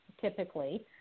typically